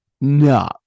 No